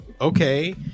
okay